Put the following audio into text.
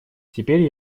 теперь